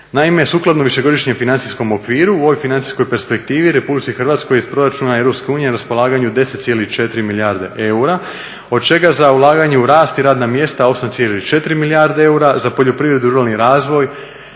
Naime, sukladno višegodišnjem financijskom okviru u ovoj financijskoj perspektivi Republici Hrvatskoj iz proračuna Europske unije je na raspolaganju 10,4 milijarde eura. Od čega za ulaganje u rast i radna mjesta 8,4 milijarde eura, za poljoprivredu i ruralni razvoj